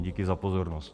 Díky za pozornost.